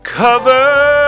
cover